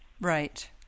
Right